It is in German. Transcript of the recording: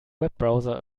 webbrowser